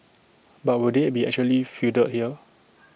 but will they be actually fielded here